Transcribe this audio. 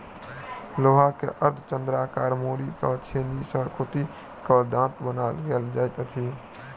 लोहा के अर्धचन्द्राकार मोड़ि क छेनी सॅ कुटि क दाँत बनाओल जाइत छै